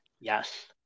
Yes